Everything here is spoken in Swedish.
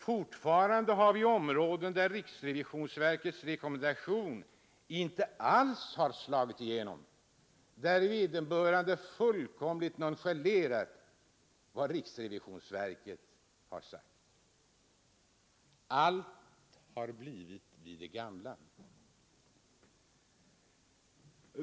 Fortfarande har vi områden där riksrevisionsverkets rekommendation inte alls har slagit igenom, där vederbörande fulikomligt nonchalerat vad riksrevisionsverket har sagt. Allt har blivit vid det gamla.